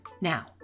Now